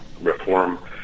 reform